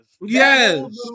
Yes